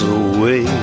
away